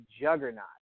juggernaut